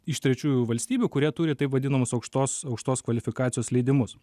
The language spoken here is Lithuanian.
iš trečiųjų valstybių kurie turi taip vadinamus aukštos aukštos kvalifikacijos leidimus